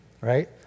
Right